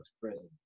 Prison